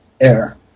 air